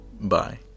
Bye